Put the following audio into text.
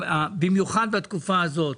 במיוחד בתקופה הזו,